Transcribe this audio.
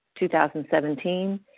2017